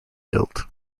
build